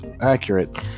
accurate